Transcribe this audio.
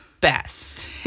best